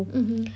mm